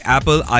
Apple